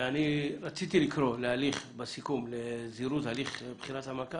בסיכום רציתי לקרוא לזירוז הליך בחירת המנכ"ל.